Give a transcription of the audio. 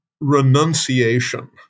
renunciation